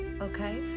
okay